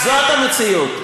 זאת המציאות.